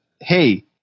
hey